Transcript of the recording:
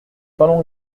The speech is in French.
parlons